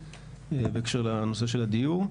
זה בהקשר של נושא הדיור,